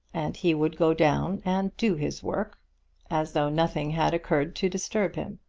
and he would go down and do his work as though nothing had occurred to disturb him.